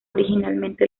originalmente